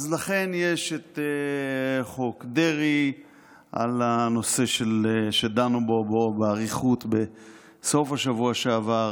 אז לכן יש חוק דרעי על הנושא שדנו בו באריכות בסוף השבוע שעבר,